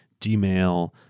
Gmail